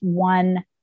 one